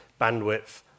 bandwidth